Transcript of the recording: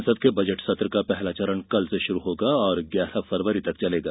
संसद के बजट सत्र का पहला चरण कल से शुरू होगा और ग्यारह फरवरी तक चलेगा